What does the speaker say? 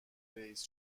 رئیس